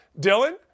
Dylan